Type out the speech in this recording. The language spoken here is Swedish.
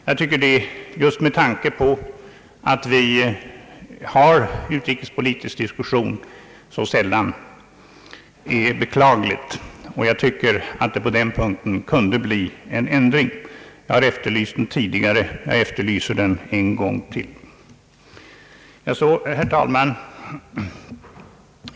Jag tycker att detta just med tanke på att vi har utrikespolitisk diskussion så sällan är beklagligt, och jag tycker att det på den punkten borde bli en ändring. Jag har efterlyst en sådan tidigare, och jag efterlyser den en gång till.